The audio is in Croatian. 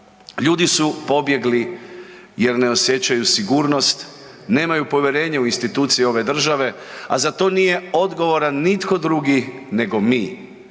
Ljudi su pobjegli jer ne osjećaju sigurnost, nemaju povjerenje u institucije ove države, a za to nije odgovoran nitko drugi nego mi,